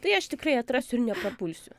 tai aš tikrai atrasiu ir neprapulsiu